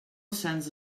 sense